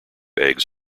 eggs